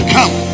Come